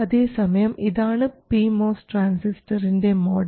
അതേ സമയം ഇതാണ് പി മോസ് ട്രാൻസിസ്റ്ററിൻറെ മോഡൽ